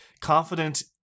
confident